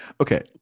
Okay